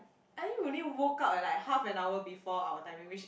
I think we only woke up at like half an hour before our timing which